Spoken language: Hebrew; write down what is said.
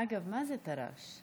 אגב, מה זה טר"ש?